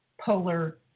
polar